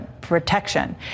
protection